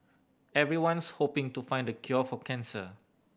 everyone's hoping to find the cure for cancer